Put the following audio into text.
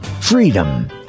Freedom